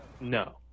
No